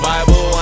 Bible